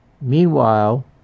Meanwhile